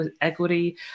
equity